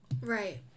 right